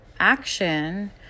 action